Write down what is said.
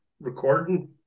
recording